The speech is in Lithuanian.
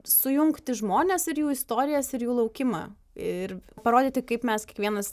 sujungti žmones ir jų istorijas ir jų laukimą ir parodyti kaip mes kiekvienas